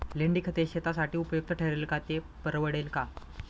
लेंडीखत हे शेतीसाठी उपयुक्त ठरेल का, ते परवडेल का?